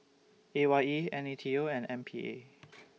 A Y E N A T O and M P A